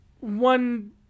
One